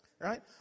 Right